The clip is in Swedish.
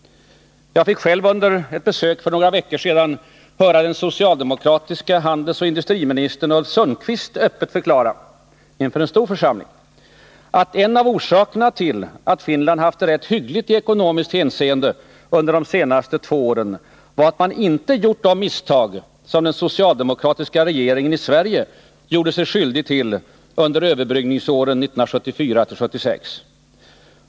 Jag fick själv under ett besök för några veckor sedan höra den socialdemokratiske handelsoch industriministern Ulf Sundqvist öppet förklara inför en stor församling att en av orsakerna till att Finland haft det rätt hyggligt i ekonomiskt hänseende under de senaste två åren var att man inte gjort de misstag som den socialdemokratiska regeringen i Sverige gjorde sig skyldig till under överbryggningsåren 1974-1976.